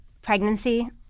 Pregnancy